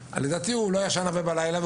הוא לא ישן הרבה בלילה,